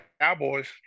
Cowboys